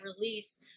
release